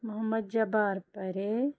Mohammad Jabbar Parray